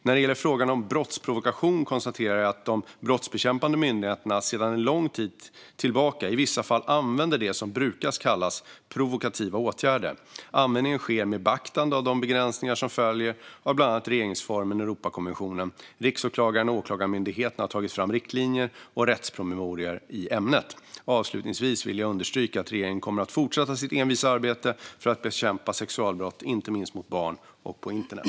När det gäller frågan om brottsprovokation konstaterar jag att de brottsbekämpande myndigheterna sedan en lång tid tillbaka i vissa fall använder det som brukar kallas provokativa åtgärder. Användningen sker med beaktande av de begränsningar som följer av bland annat regeringsformen och Europakonventionen. Riksåklagaren och Åklagarmyndigheten har tagit fram riktlinjer och rättspromemorior i ämnet. Avslutningsvis vill jag understryka att regeringen kommer att fortsätta sitt envisa arbete för att bekämpa sexualbrott, inte minst mot barn och på internet.